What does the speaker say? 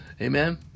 Amen